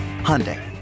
Hyundai